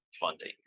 funding